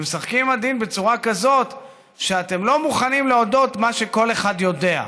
ומשחקים עם הדין בצורה כזו שאתם לא מוכנים להודות במה שכל אחד יודע,